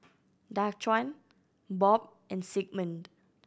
Daquan Bob and Sigmund